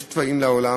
יש טבע לעולם,